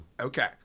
Okay